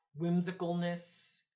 whimsicalness